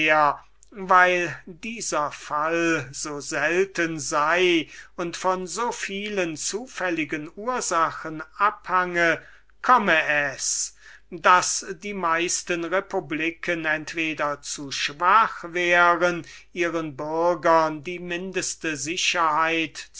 daß dieser fall so selten sei und von so vielen zufälligen ursachen abhange komme es daß die meisten republiken entweder zu schwach wären ihren bürgern die mindeste sicherheit